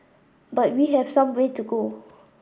but we have some way to go